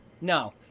No